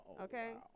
Okay